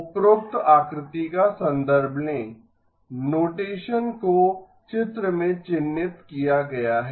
उपरोक्त आकृति का संदर्भ लें नोटेशन को चित्र में चिह्नित किया गया है